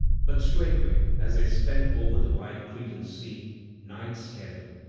but straightway as they sped over the wide cretan sea night scared them,